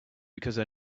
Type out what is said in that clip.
because